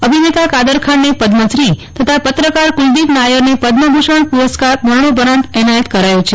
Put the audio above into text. અભિનેતા કાદરખાનને પદ્મશ્રી તથા પત્રકાર કુલદીપ નાયરને પદ્મભુષણ પુરસ્કાર મરજ્જોપરાંત એનાયત કરાયો છે